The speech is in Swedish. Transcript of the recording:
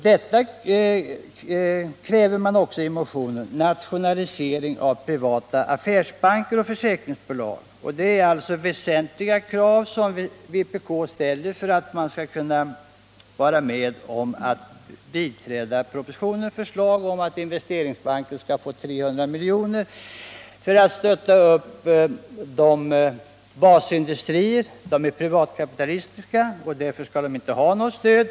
Detta kräver också: Det är alltså väsentliga krav som vpk vill ha tillgodosedda för att kunna biträda propositionens förslag om att Investeringsbanken skall få 300 miljoner för att stötta upp basindustrier. Dessa är enligt Jörn Svensson privatkapitalistiska, och därför skall de inte ha något stöd.